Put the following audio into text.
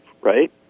right